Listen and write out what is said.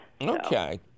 Okay